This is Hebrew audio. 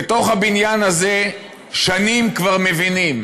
בתוך הבניין הזה שנים כבר מבינים